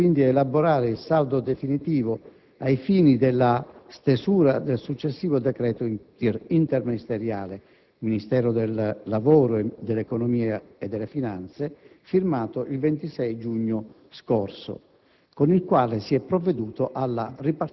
Nello stesso mese si è provveduto, quindi, ad elaborare il saldo definitivo, ai fini della stesura del successivo decreto interministeriale (Ministero del lavoro e dell'economia e delle finanze, firmato il 26 giugno scorso),